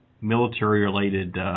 military-related